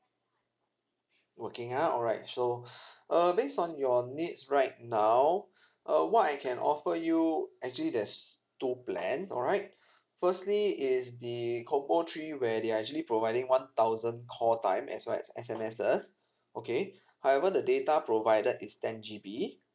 working ah all right so uh based on your needs right now uh what I can offer you actually there's two plans all right firstly is the combo three where they are actually providing one thousand call time as well as S_M_Ses okay however the data provided is ten G_B